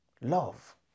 Love